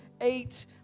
eight